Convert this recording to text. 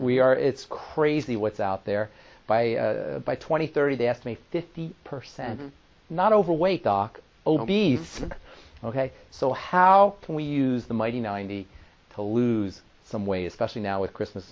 we are it's crazy with out there by by twenty thirty they asked me fifty per cent not overweight doc obese ok so how can we use the mighty ninety to lose some weight especially now with christmas